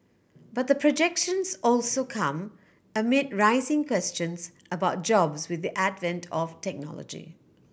but the projections also come amid rising questions about jobs with the advent of technology